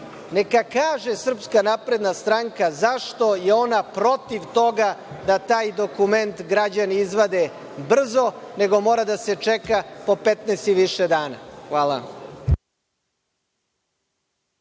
Neka kaže SNS zašto je ona protiv toga da taj dokument građani izvade brzo, nego mora da se čeka po 15 i više dana. Hvala.